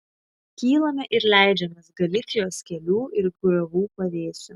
kylame ir leidžiamės galicijos kelių ir griovų pavėsiu